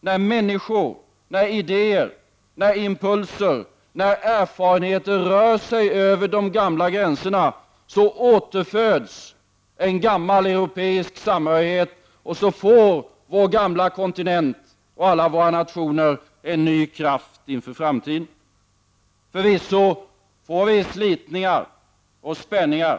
När människor, idéer, impulser och erfarenheter rör sig över de gamla gränserna återföds en gammal europeisk samhörighet, och vår gamla kontinent och alla våra nationer får en ny kraft inför framtiden. Förvisso får vi också slitningar och spänningar.